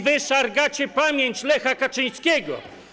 Wy szargacie pamięć Lecha Kaczyńskiego.